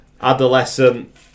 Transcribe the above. Adolescent